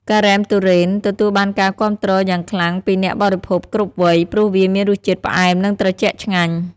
ការ៉េមទុរេន ទទួលបានការគាំទ្រយ៉ាងខ្លាំងពីអ្នកបរិភោគគ្រប់វ័យ ព្រោះវាមានរសជាតិផ្អែមនិងត្រជាក់ឆ្ងាញ់។